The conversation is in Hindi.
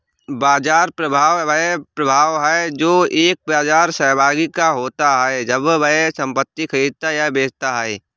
बाजार प्रभाव वह प्रभाव है जो एक बाजार सहभागी का होता है जब वह संपत्ति खरीदता या बेचता है